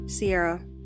Sierra